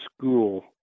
school